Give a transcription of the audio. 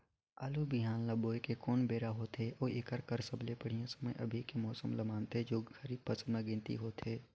आलू बिहान ल बोये के कोन बेरा होथे अउ एकर बर सबले बढ़िया समय अभी के मौसम ल मानथें जो खरीफ फसल म गिनती होथै?